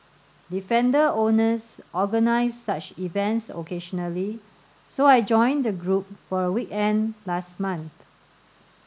defender owners organise such events occasionally so I joined the group for a weekend last month